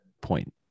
point